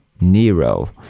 Nero